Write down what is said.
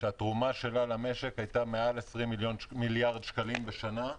שהתרומה שלה למשק היתה מעל 20 מיליארד שקלים בשנה.